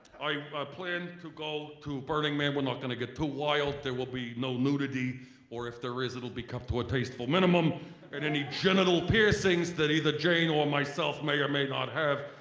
i plan to go to burning man. we're not gonna get too wild there will be no nudity or if there is it'll be kept to a tasteful minimum and any genital piercings that either jane or myself may or may not have,